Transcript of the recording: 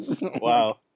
wow